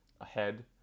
ahead